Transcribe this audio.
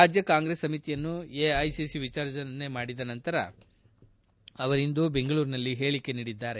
ರಾಜ್ಯ ಕಾಂಗ್ರೆಸ್ ಸಮಿತಿಯನ್ನು ಎಐಸಿಸಿ ವಿಸರ್ಜನೆ ಮಾಡಿದ ನಂತರ ಅವರಿಂದು ಬೆಂಗಳೂರಿನಲ್ಲಿ ಹೇಳಿಕೆ ನೀಡಿದ್ದಾರೆ